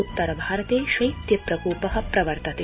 उत्तर भारते शैत्य प्रकोप प्रवर्तते